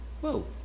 whoa